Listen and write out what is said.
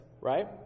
right